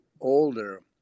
older